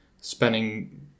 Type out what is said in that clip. spending